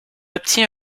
obtint